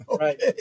Right